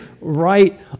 right